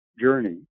journey